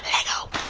leggo!